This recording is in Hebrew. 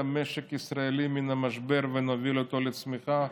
כדי שנוציא את המשק הישראלי מן המשבר ונוביל אותו לצמיחה,